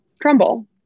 crumble